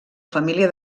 família